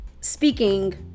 speaking